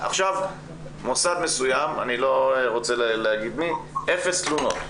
מוסד מסוים, אני לא רוצה להגיד מי, אפס תלונות.